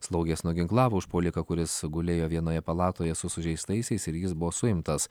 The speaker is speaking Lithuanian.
slaugės nuginklavo užpuoliką kuris gulėjo vienoje palatoje su sužeistaisiais ir jis buvo suimtas